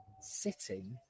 sitting